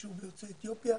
קשור ליוצאי אתיופיה,